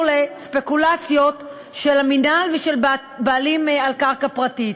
לספקולציות של המינהל ושל בעלים על קרקע פרטית,